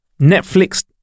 Netflix